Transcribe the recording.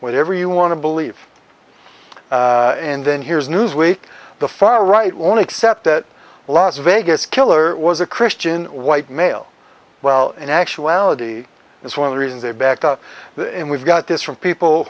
whatever you want to believe in then here's newsweek the far right won't accept that las vegas killer was a christian white male while in actuality it's one of the reasons they backed up in we've got this from people